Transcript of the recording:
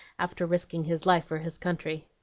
after risking his life for his country.